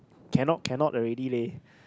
cannot cannot already leh